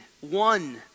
one